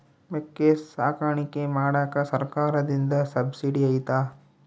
ಮೇಕೆ ಸಾಕಾಣಿಕೆ ಮಾಡಾಕ ಸರ್ಕಾರದಿಂದ ಸಬ್ಸಿಡಿ ಐತಾ?